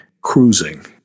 cruising